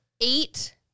eight